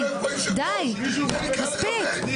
כל שנייה מתחלף פה יושב-ראש.